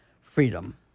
Freedom